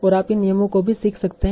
और आप इन नियमों को भी सीख सकते हैं